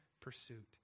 pursuit